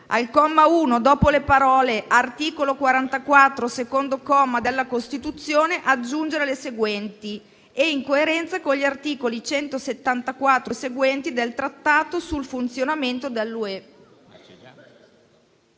"*al comma 1, dopo le parole:* «articolo 44, secondo comma, della Costituzione», *aggiungere le seguenti* : «e in coerenza con gli articoli 174 e seguenti del Trattato sul funzionamento dell'UE»".